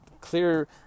clear